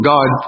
God